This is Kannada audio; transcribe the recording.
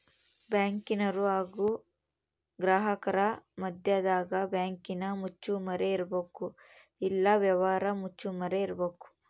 ಬ್ಯಾಂಕಿನರು ಹಾಗು ಗ್ರಾಹಕರ ಮದ್ಯದಗ ಬ್ಯಾಂಕಿನ ಮುಚ್ಚುಮರೆ ಇರಬೇಕು, ಎಲ್ಲ ವ್ಯವಹಾರ ಮುಚ್ಚುಮರೆ ಇರಬೇಕು